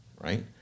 right